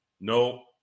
No